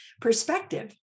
perspective